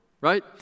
right